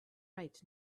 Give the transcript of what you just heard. right